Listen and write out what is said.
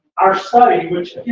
our study, which